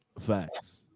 Facts